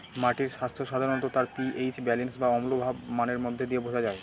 মাটির স্বাস্থ্য সাধারনত তার পি.এইচ ব্যালেন্স বা অম্লভাব মানের মধ্যে দিয়ে বোঝা যায়